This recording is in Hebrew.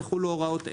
יחולו הוראות אלה: